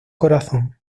corazón